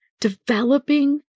Developing